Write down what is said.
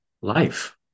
life